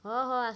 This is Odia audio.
ହ ହେଉ ଆସ